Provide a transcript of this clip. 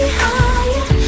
higher